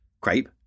crepe